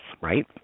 right